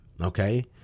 okay